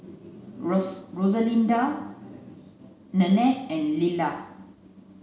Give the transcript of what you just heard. Rose Rosalinda Nannette and Lilla